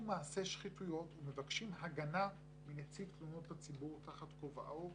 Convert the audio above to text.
מעשי שחיתויות ומבקשים הגנה מנציב תלונות הציבור תחת כובעו.